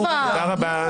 תודה רבה.